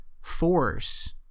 force